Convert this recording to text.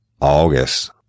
August